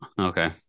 Okay